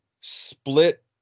split